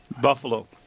Buffalo